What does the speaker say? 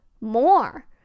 more